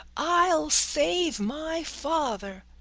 i'll save my father!